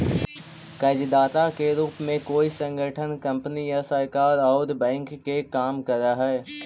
कर्जदाता के रूप में कोई संगठन कंपनी या सरकार औउर बैंक के काम करऽ हई